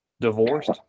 divorced